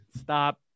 Stop